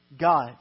God